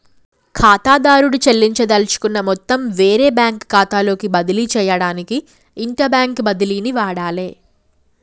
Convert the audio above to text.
ఖాతాదారుడు చెల్లించదలుచుకున్న మొత్తం వేరే బ్యాంకు ఖాతాలోకి బదిలీ చేయడానికి ఇంటర్బ్యాంక్ బదిలీని వాడాలే